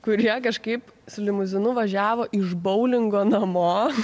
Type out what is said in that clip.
kurie kažkaip su limuzinu važiavo iš boulingo namo